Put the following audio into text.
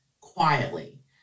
quietly